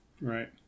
right